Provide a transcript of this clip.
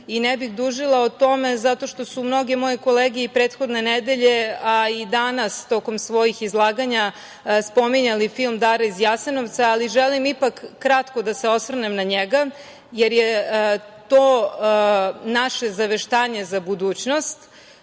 Ne bih dužila o tome zato što su mnoge moje kolege i prethodne nedelje, a i danas tokom svojih izlaganja spominjali film „Dara iz Jasenovca“, ali želim ipak kratko da se osvrnem na njega, jer je to naše zaveštanje za budućnost. Konačno,